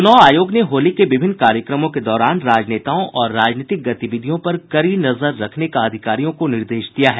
चुनाव आयोग ने होली के विभिन्न कार्यक्रमों के दौरान राजनेताओं और राजनीतिक गतिविधियों पर कड़ी नजर रखने का अधिकारियों को निर्देश दिया है